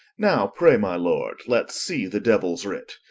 now pray my lord, let's see the deuils writ.